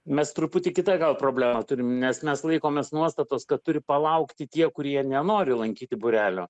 mes truputį kitą gal problemą turim nes mes laikomės nuostatos kad turi palaukti tie kurie nenori lankyti būrelio